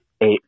eight